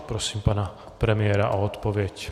Prosím pana premiéra o odpověď.